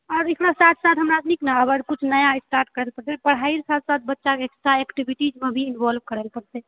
अब एकरा साथ साथ हमरा कुछ नया स्टार्ट करि सकै पढ़ाईके साथ साथ बच्चाके एक्स्ट्रा एक्टिविटी मे भी इन्वॉल्व करय पड़तै